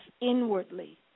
inwardly